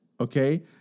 okay